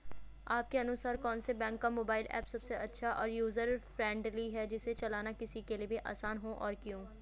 आपके अनुसार कौन से बैंक का मोबाइल ऐप सबसे अच्छा और यूजर फ्रेंडली है जिसे चलाना किसी के लिए भी आसान हो और क्यों?